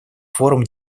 форум